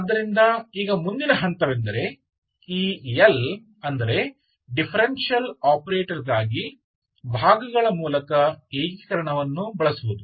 ಆದ್ದರಿಂದ ಈಗ ಮುಂದಿನ ಹಂತವೆಂದರೆ ಈ L ಅಂದರೆ ಡಿಫರೆನ್ಷಿಯಲ್ ಆಪರೇಟರ್ಗಾಗಿ ಭಾಗಗಳ ಮೂಲಕ ಏಕೀಕರಣವನ್ನು ಬಳಸುವುದು